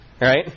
right